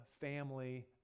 family